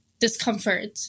discomfort